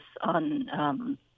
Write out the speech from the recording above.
on